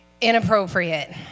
inappropriate